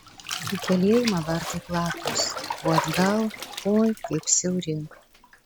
į kalėjimą vartai platūs o atgal oi kaip siauri